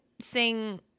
sing